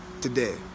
today